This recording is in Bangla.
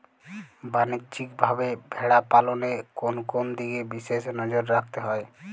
বাণিজ্যিকভাবে ভেড়া পালনে কোন কোন দিকে বিশেষ নজর রাখতে হয়?